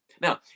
Now